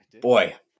Boy